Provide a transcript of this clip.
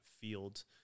field